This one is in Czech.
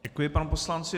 Děkuji panu poslanci.